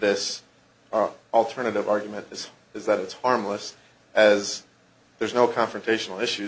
this alternative argument is is that it's harmless as there's no confrontational issues